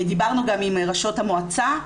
דיברנו גם עם ראשות המועצה,